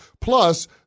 Plus